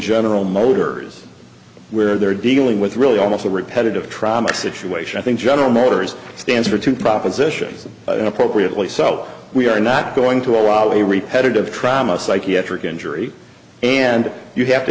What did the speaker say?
general motors where they're dealing with really almost a repetitive trauma situation i think general motors stands for two propositions and appropriately so we are not going to allow the repaired of trauma psychiatric injury and you have to